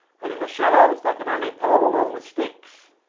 and in the shallows they can only pole along with sticks.